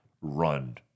run